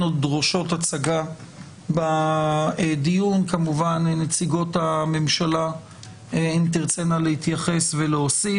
עוד דורשות הצגה בדיון וכמובן נציגות הממשלה אם תרצינה להתייחס ולהוסיף.